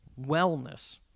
wellness